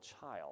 child